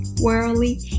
worldly